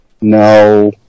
No